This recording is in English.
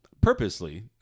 Purposely